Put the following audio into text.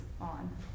on